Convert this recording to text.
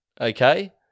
okay